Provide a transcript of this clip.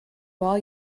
while